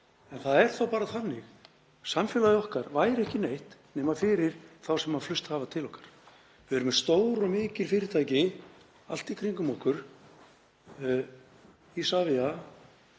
þá er það bara þannig að samfélagið okkar væri ekki neitt nema vegna þeirra sem flust hafa til okkar. Við erum með stór og mikil fyrirtæki allt í kringum okkur: Isavia,